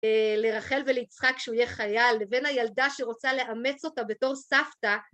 לרחל וליצחק שהוא יהיה חייל לבין הילדה שרוצה לאמץ אותה בתור סבתא